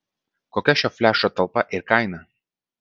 kokia šio flešo talpa ir kaina